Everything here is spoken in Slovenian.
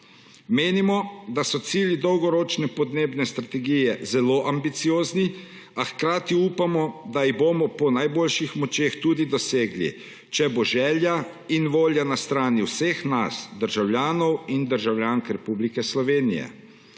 Menimo, da so cilji Dolgoročne podnebne strategije zelo ambiciozni, a hkrati upamo, da jih bomo po najboljših močeh tudi dosegli, če bo želja in volja na strani vseh nas, državljanov in državljank Republike Slovenije.